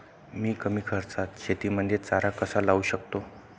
मी कमी खर्चात शेतीमध्ये चारा कसा लावू शकतो?